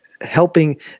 helping